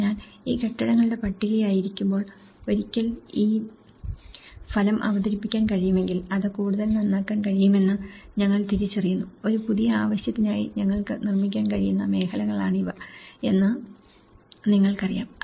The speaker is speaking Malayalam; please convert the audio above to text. അതിനാൽ ഈ കെട്ടിടങ്ങളുടെ പട്ടികയായിരിക്കുമ്പോൾ ഒരിക്കൽ ഈ ഫലം അവതരിപ്പിക്കാൻ കഴിയുമെങ്കിൽ അത് കൂടുതൽ നന്നാക്കാൻ കഴിയുമെന്ന് ഞങ്ങൾ തിരിച്ചറിഞ്ഞു ഒരു പുതിയ ആവശ്യത്തിനായി ഞങ്ങൾക്ക് നിർമ്മിക്കാൻ കഴിയുന്ന മേഖലകളാണിവ എന്ന് നിങ്ങൾക്കറിയാം